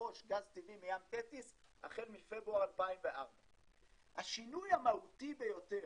לרכוש גז טבעי מים תטיס החל מפברואר 2004. השינוי המהותי ביותר,